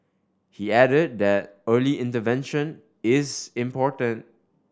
he added that early intervention is important